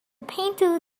painter